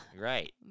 Right